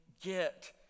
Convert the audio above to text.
get